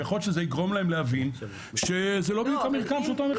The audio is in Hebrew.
ויכול להיות שזה יגרום להם להבין שזה לא המרקם אותו מחפשים.